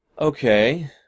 Okay